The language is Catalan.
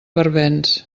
barbens